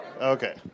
Okay